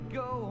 go